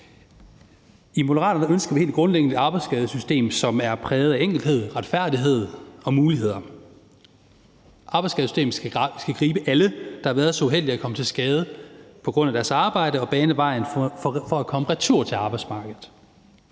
I Moderaterne ønsker vi helt grundlæggende et arbejdsskadesystem, som er præget af enkelhed, retfærdighed og muligheder. Arbejdsskadesystemet skal gribe alle, der har været så uheldige at komme til skade på grund af deres arbejde, og bane vejen for at komme retur til arbejdsmarkedet.